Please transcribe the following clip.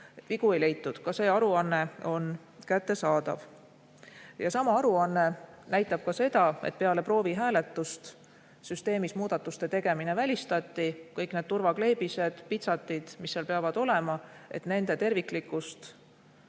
Vigu ei leitud. Ka see aruanne on kättesaadav. Ja sama aruanne näitab ka seda, et peale proovihääletust süsteemis muudatuste tegemine välistati. Kõik need turvakleebised ja pitsatid, mis seal peavad olema, nende terviklikkus